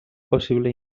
possible